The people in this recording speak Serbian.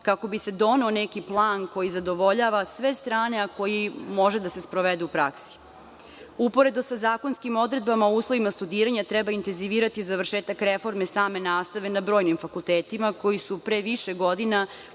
kako bi se doneo neki plan koji zadovoljava sve strane, a koji može da se sprovede u praksi. Uporedo sa zakonskim odredbama o uslovima studiranja treba intenzivirati završetak reforme same nastave na brojnim fakultetima koji su pre više godina